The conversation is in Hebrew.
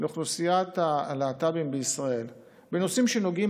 לאוכלוסיית הלהט"בים בישראל בנושאים שנוגעים